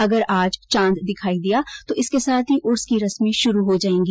अगर आज चांद दिखाई दिया तो इसके साथ ही उर्स की रस्में शुरु हो जायेंगी